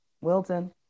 Wilton